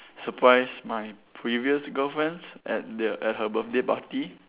surprise my previous girlfriends at the at her birthday party